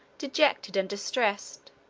dejected and distressed,